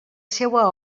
seua